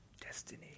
Destiny